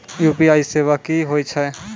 UPI सेवा की होय छै?